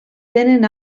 tenen